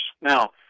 Now